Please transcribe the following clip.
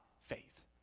faith